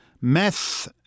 meth